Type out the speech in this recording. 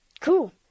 cool